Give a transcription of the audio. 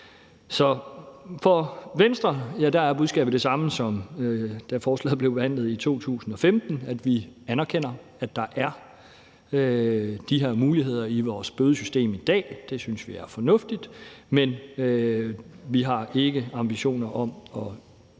Så fra Venstres side er budskabet det samme, som da forslaget blev behandlet i 2015, nemlig at vi anerkender, at der er de her muligheder i vores bødesystem i dag. Det synes vi er fornuftigt. Men vi har ikke ambitioner om at udvide